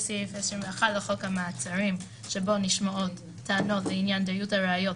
סעיף 21 לחוק המעצרים שבו נשמעות טענות לעניין דיות הראיות,